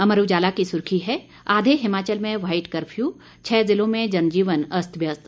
अमर उजाला की सुर्खी है आधे हिमाचल में व्हाइट कफर्यू छह जिलों में जनजीवन अस्त व्यस्त